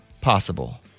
possible